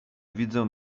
widzę